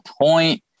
point